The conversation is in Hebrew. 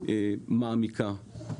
הולכת ומעמיקה.